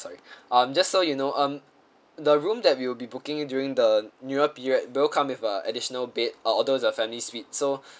sorry um just so you know um the room that we will be booking during the new year period will come with a additional bed uh although it's a family suite so